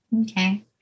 okay